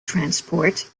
transport